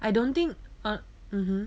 I don't think uh mmhmm